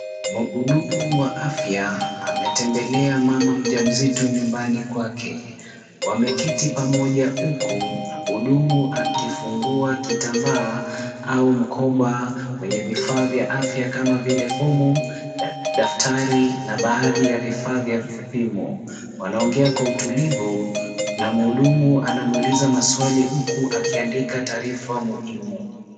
Muhudumu wa afya ametembelea mama mjamzito nyumbani kwake. Wameketi pamoja huku muhudumu akifungua kitambaa au mkoba, wenye vifaa vya afya kama vile fomu, daftari na baadi ya vifaa vya vipimo. Wanaongea kwa utulivu na muhudumu anamuuliza maswali huku akiandika taarifa muhimu.